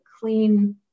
clean